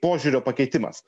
požiūrio pakeitimas